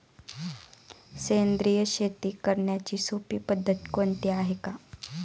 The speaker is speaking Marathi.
सेंद्रिय शेती करण्याची सोपी पद्धत कोणती आहे का?